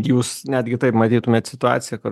jūs netgi taip matytumėt situaciją kad